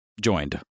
joined